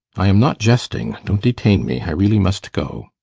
i am not jesting, don't detain me, i really must go.